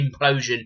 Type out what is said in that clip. implosion